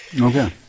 Okay